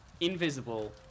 invisible